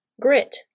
grit